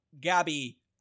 Gabby